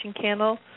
candle